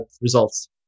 results